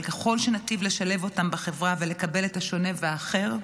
אבל ככל שניטיב לשלב אותם בחברה ולקבל את השונה והאחר,